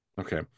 okay